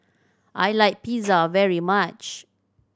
I like Pizza very much